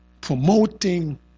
promoting